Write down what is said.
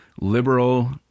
liberal